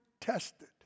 tested